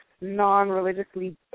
non-religiously